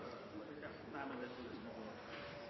dessverre nei, men samtidig var det